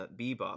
Bebop